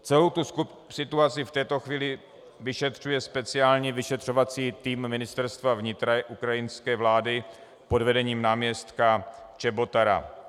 Celou situaci v této chvíli vyšetřuje speciální vyšetřovací tým Ministerstva vnitra ukrajinské vlády pod vedením náměstka Čebotara.